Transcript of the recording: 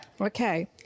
okay